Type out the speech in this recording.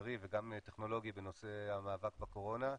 המחקרי וגם טכנולוגי בנושא המאבק בקורונה.